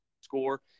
score